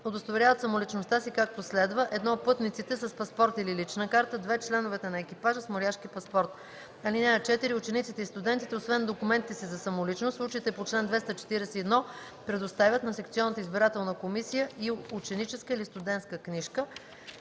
удостоверяват самоличността си, както следва: 1. пътниците - с паспорт или лична карта; 2. членовете на екипажа - с моряшки паспорт. (4) Учениците и студентите, освен документа си за самоличност, в случаите по чл. 241 предоставят на секционната избирателна комисия и ученическа или студентска книжка.”